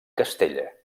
castella